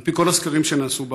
על פי כל הסקרים שנעשו בארץ.